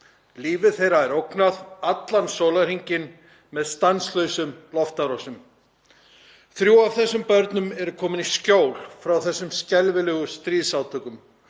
Lífi þeirra er ógnað allan sólarhringinn með stanslausum loftárásum. Þrjú af þessum börnum eru komin í skjól frá þessum skelfilegu stríðsátökum.